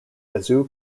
yazoo